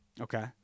Okay